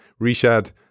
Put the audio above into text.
Rishad